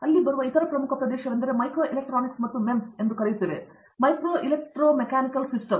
ಅಲ್ಲಿ ಬರುವ ಇತರ ಪ್ರಮುಖ ಪ್ರದೇಶವೆಂದರೆ ಮೈಕ್ರೋಎಲೆಕ್ಟ್ರಾನಿಕ್ ಮತ್ತು MEMS ಎಂದು ನಾವು ಕರೆಯುತ್ತೇವೆ ಮೈಕ್ರೋ ಎಲೆಕ್ಟ್ರೋ ಮೆಕ್ಯಾನಿಕಲ್ ಸಿಸ್ಟಮ್ಸ್